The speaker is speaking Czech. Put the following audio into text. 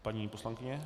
Paní poslankyně?